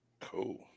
Cool